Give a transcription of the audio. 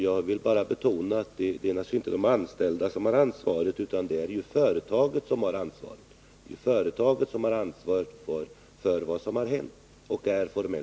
Jag vill bara betona att det naturligtvis inte är de anställda som har ansvaret, utan att det är företaget som är formellt ansvarigt för vad som har hänt.